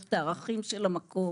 מערכת הערכים של המקום